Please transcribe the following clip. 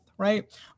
right